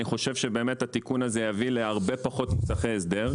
אני חושב שהתיקון הזה יביא להרבה פחות מוסכי הסדר,